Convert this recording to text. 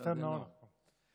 אסתר נאור, נכון.